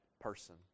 person